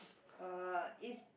uh is